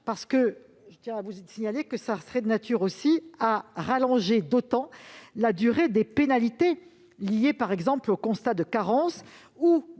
d'avantages. Je tiens à vous signaler que cela serait de nature à allonger d'autant la durée des pénalités liées, par exemple, au constat de carence ou